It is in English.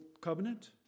covenant